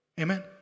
Amen